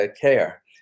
care